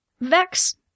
Vex